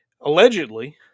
allegedly